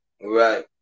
right